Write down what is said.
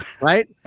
right